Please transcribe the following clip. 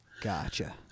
Gotcha